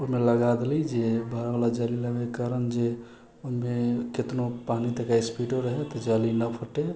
ओइमे लगा देली जे बड़ावला जाली लगैके कारण जे ओइमे केतनो पानि तयका स्पीडो रहै तऽ जाली नहि फटे अऽ